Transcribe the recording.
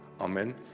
Amen